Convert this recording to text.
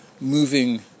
moving